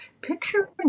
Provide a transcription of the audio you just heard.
picture